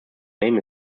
name